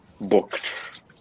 booked